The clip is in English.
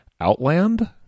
Outland